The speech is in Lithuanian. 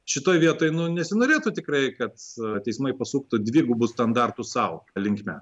šitoj vietoj nu nesinorėtų tikrai kad teismai pasuktų dvigubų standartų sau linkme